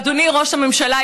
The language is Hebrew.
אדוני ראש הממשלה,